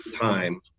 time